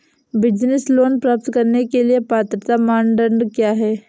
Business loan प्राप्त करने के लिए पात्रता मानदंड क्या हैं?